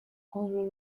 only